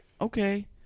okay